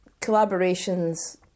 collaborations